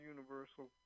Universal